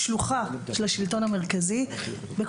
ט"ו בשבט שמח, יום חג שמח לכנסת ישראל.